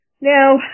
Now